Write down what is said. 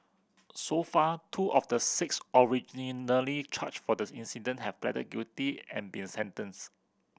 so far two of the six originally charged for the incident have pleaded guilty and been a sentenced